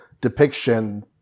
depiction